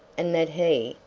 and that he,